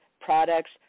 products